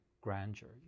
grandeur